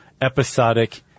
episodic